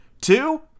Two